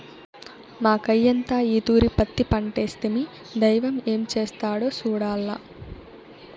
మాకయ్యంతా ఈ తూరి పత్తి పంటేస్తిమి, దైవం ఏం చేస్తాడో సూడాల్ల